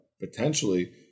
potentially